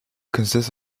consist